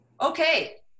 Okay